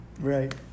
Right